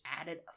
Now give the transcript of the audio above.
added